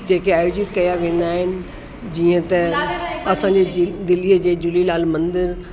जेके आयोजित कया वेंदा आहिनि जीअं त असांजे दि दिल्लीअ जे झूलेलाल मंदिर